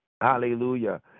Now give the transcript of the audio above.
Hallelujah